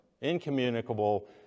Incommunicable